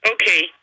Okay